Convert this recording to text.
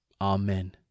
Amen